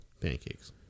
Pancakes